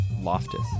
Loftus